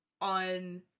on